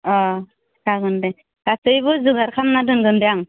जागोन दे गासैबो जुगार खामना दोनगोन दे आं